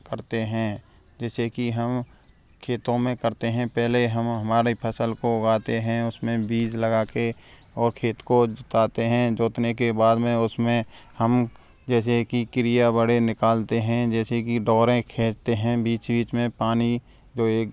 करते है जैसे कि हम खेतों में करते हैं पहले हम हमारे फसल को उगाते हैं उसमें बीज लगा के और खेत को जुताते हैं जोतने के बाद में उस में हम जैसे की क्रिया बड़े निकालते हैं जैसे की डोरें खींचते हैं बीच बीच में पानी जो एक